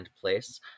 place